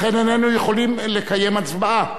לכן, איננו יכולים לקיים הצבעה.